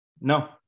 No